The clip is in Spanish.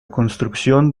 construcción